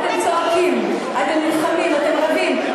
אתם צועקים, אתם נלחמים, אתם רבים.